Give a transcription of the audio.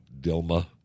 Dilma